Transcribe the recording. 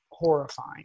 horrifying